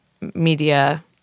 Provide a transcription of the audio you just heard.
media